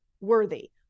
worthy